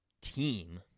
team